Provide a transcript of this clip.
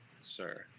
Sir